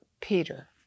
Peter